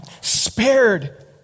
spared